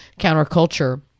Counterculture